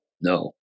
No